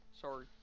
Sorry